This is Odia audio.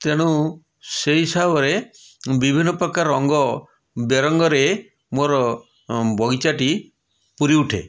ତେଣୁ ସେଇ ହିସାବରେ ବିଭିନ୍ନ ପ୍ରକାର ରଙ୍ଗ ବେରଙ୍ଗରେ ମୋର ଅଁ ବଗିଚାଟି ପୂରି ଉଠେ